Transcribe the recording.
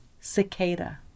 Cicada